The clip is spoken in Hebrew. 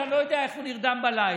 שאני לא יודע איך הוא נרדם בלילה,